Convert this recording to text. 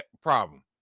problem